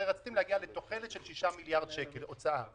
הרי רציתם להגיע לתוחלת של 6 מיליארד שקלים הוצאה.